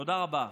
תודה רבה.